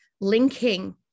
linking